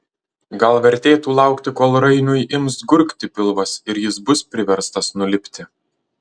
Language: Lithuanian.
gal vertėtų laukti kol rainiui ims gurgti pilvas ir jis bus priverstas nulipti